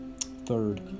Third